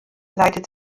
leitet